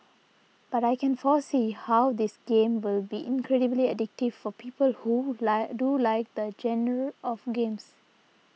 but I can foresee how this game will be incredibly addictive for people who like do like the genre of games